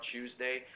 Tuesday